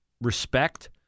respect